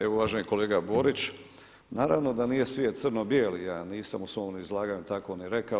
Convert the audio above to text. Evo uvaženi kolega Borić, naravno da nije svijet crno-bijeli, ja nisam u svom izlaganju tako ni rekao.